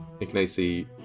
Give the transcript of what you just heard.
Ignacy